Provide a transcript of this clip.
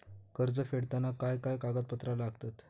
कर्ज फेडताना काय काय कागदपत्रा लागतात?